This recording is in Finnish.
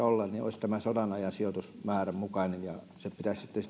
olla olisi tämän sodanajan sijoitusmäärän mukainen ja se vähentäisi sitten